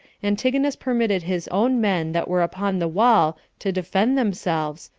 antigonus permitted his own men that were upon the wall to defend themselves,